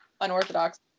unorthodox